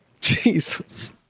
Jesus